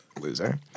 Loser